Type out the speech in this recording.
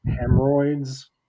hemorrhoids